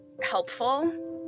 helpful